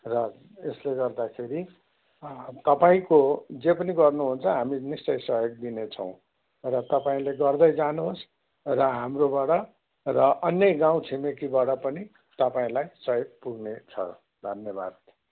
र यसले गर्दाखेरि तपाईँको जे पनि गर्नुहुन्छ हामी निश्चय सहयोग दिनेछौँ र तपाईँले गर्दै जानुहोस् र हाम्रोबाट र अन्य गाउँ छिमेकीबाट पनि तपाईँहरूलाई सहयोग पुग्नेछ धन्यवाद